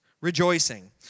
rejoicing